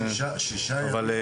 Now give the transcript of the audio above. לא,